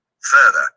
Further